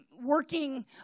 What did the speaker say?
Working